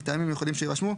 מטעמים מיוחדים שיירשמו.